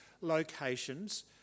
locations